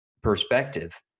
perspective